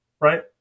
right